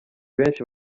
benshi